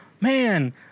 man